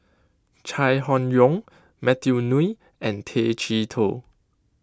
Chai Hon Yoong Matthew Ngui and Tay Chee Toh